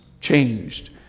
Changed